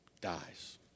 dies